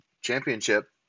championship